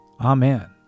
Amen